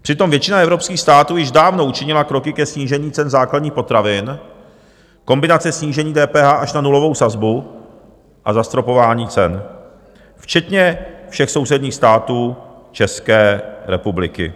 Přitom většina evropských států již dávno učinila kroky ke snížení cen základních potravin, kombinace snížení DPH až na nulovou sazbu a zastropování cen, včetně všech sousedních států České republiky.